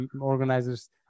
organizers